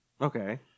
Okay